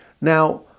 Now